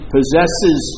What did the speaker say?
possesses